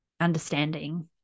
understanding